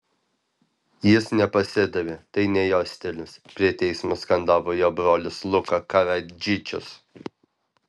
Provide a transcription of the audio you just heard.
jis nepasidavė tai ne jo stilius prie teismo skandavo jo brolis luka karadžičius